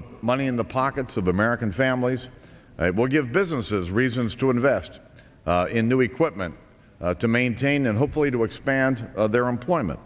put money in the pockets of american families and it will give businesses reasons to invest in new equipment to maintain and hopefully to expand their employment